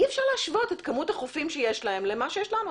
אי אפשר להשוות את כמות החופים שיש להם למה שיש לנו.